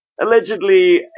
allegedly